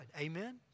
Amen